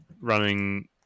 running